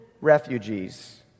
refugees